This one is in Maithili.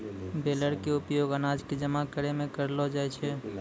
बेलर के उपयोग अनाज कॅ जमा करै मॅ करलो जाय छै